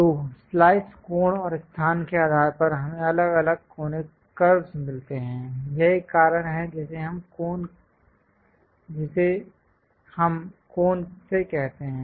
तो स्लाइस कोण और स्थान के आधार पर हमें अलग अलग कोनिक कर्व्स मिलते हैं यह एक कारण है जिसे हम कोन से कहते हैं